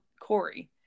Corey